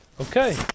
Okay